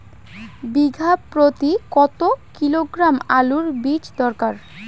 বিঘা প্রতি কত কিলোগ্রাম আলুর বীজ দরকার?